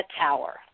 Tower